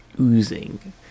oozing